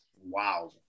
Wow